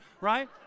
right